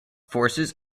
forces